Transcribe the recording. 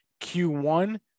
Q1